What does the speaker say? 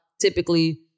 typically